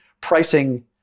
pricing